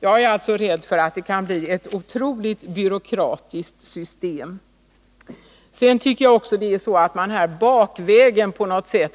Jag är därför rädd för att det kan bli ett oerhört byråkratiskt system. Jag är också rädd för att man på något sätt bakvägen